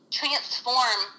transform